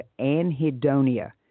anhedonia